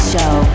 Show